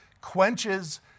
quenches